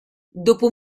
dopo